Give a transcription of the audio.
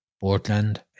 Portland